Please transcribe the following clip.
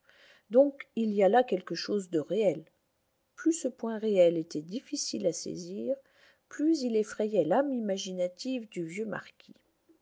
donc il y a là quelque chose de réel plus ce point réel était difficile à saisir plus il effrayait l'âme imaginative du vieux marquis